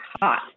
hot